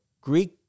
Greek